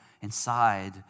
inside